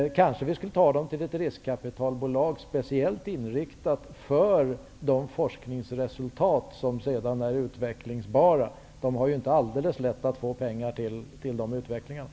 Vi kanske skulle använda dem till ett riskkapitalbolag som är speciellt inriktat för de forskningsresultat som är utvecklingsbara. Det är ju inte alldeles lätt att få pengar till att utveckla dem.